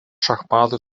šachmatų